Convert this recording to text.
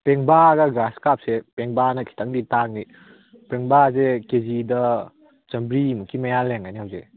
ꯄꯦꯡꯕꯥꯒ grass ꯀꯞꯁꯦ ꯄꯦꯡꯕꯥꯅ ꯈꯤꯇꯪꯗꯤ ꯇꯥꯡꯅꯤ ꯄꯦꯡꯕꯥꯁꯦ ꯀꯦꯖꯤꯗ ꯆꯥꯝꯃꯔꯤꯃꯨꯛꯀꯤ ꯃꯌꯥ ꯂꯩꯔꯝꯒꯅꯤ ꯍꯧꯖꯤꯛ